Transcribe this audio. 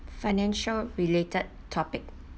financial related topic